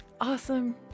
Awesome